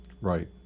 Right